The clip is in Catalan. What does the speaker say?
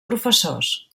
professors